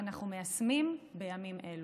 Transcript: אני אמסור לו את החביבות ואת הדאגה שלך.